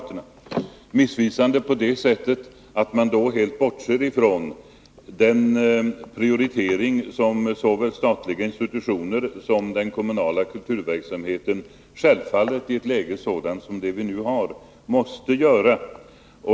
Det är missvisande på det sättet att man då helt bortser från den prioritering som såväl statliga institutioner som kommunal kulturverksamhet i det nuvarande läget självfallet måste göra.